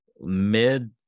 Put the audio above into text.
mid